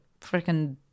freaking